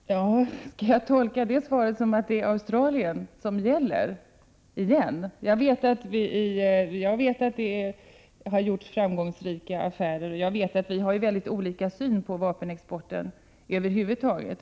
Herr talman! Skall jag tolka det svaret som att det återigen rör sig om Australien? Jag vet att det har gjorts framgångsrika affärer och att vi över huvud taget har olika syn på vapenexporten.